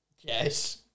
Yes